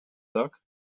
luck